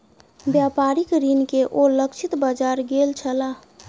व्यापारिक ऋण के ओ लक्षित बाजार गेल छलाह